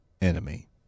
enemy